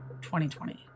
2020